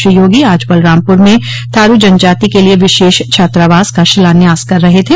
श्री योगी आज बलरामपुर में थारू जनजाति क लिए विशेष छात्रावास का शिलान्यास कर रहे थे